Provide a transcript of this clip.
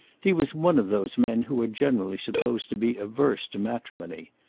he was one of those men who are generally supposed to be averse to matrimony.